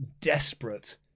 desperate